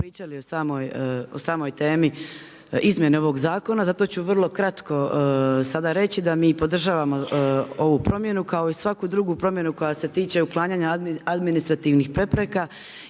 pričali o samoj temi izmjene ovog zakona zato ću vrlo kratko sada reći da mi podržavamo ovu promjenu kao i svaku drugu promjenu koja se tiče uklanjanja administrativnih prepreka